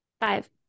Five